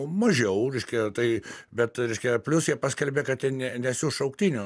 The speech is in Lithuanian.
mažiau reiškia tai bet reiškia plius jie paskelbė kad jie ne nesiųs šauktinių